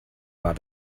war